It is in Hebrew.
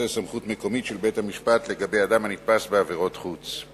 סמכות מקומית של בית-המשפט לגבי אדם הנתפס בעבירת חוץ.